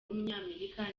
w’umunyamerika